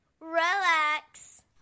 relax